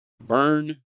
Burn